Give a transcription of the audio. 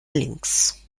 links